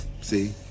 see